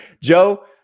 Joe